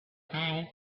buy